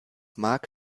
mark